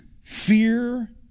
fear